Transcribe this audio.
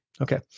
Okay